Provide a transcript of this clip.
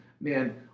Man